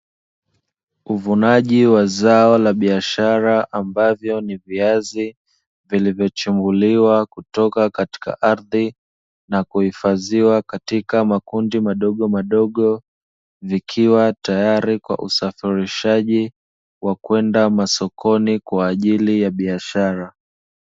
Uvunaji wa zao la biashara ambalo ni viazi, vilivyochimbuliwa kutoka katila ardhi na kuhifadhiwa katika makundi makundi madogo, ikiwa tayari kwa usafirishaji wa kwenda masokoni kwaajili ya biashara.